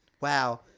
Wow